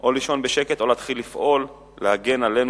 או לישון בשקט או להתחיל לפעול כדי להגן עלינו